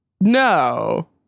No